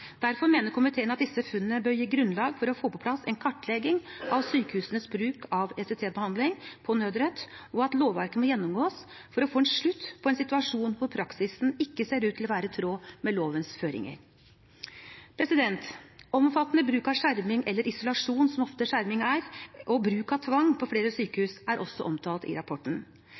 Derfor mener komiteen at disse funnene bør gi grunnlag for å få på plass en kartlegging av sykehusenes bruk av ECT-behandling på nødrett, og at lovverket må gjennomgås for å få en slutt på en situasjon hvor praksisen ikke ser ut til å være i tråd med lovens føringer. Omfattende bruk av skjerming eller isolasjon, som skjerming ofte er, og bruk av tvang på flere sykehus, er også omtalt i rapporten.